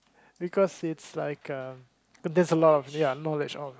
because it's like um got just a lot of ya knowledge all